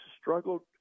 struggled